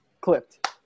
Clipped